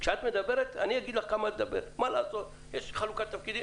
אני אגיד לך כמה זמן לדבר, יש חלוקת תפקידים.